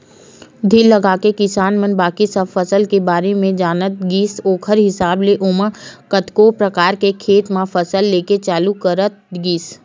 धीर लगाके किसान मन बाकी सब फसल के बारे म जानत गिस ओखर हिसाब ले ओमन कतको परकार ले खेत म फसल लेके चालू करत गिस